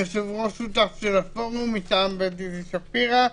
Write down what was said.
יושב-ראש שותף של הפורום מטעם בית איזי שפירא.